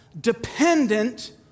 dependent